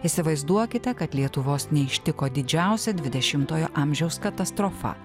įsivaizduokite kad lietuvos neištiko didžiausia dvidešimojo amžiaus katastrofa